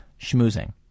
schmoozing